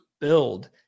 build